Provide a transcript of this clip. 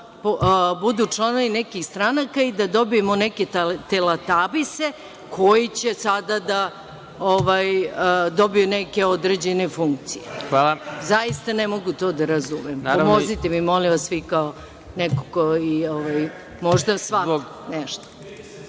budu članovi nekih stranaka i da dobijemo neke „teletabise“, koji će sada da dobiju neke određene funkcije. Zaista, ne mogu to da razumem. Pomozite mi vi kao neko ko možda shvata